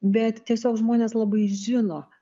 bet tiesiog žmonės labai žino